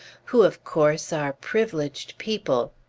who, of course, are privileged people.